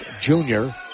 junior